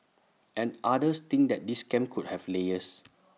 and others think that this scam could have layers